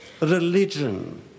religion